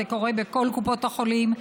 זה קורה בכול קופות החולים,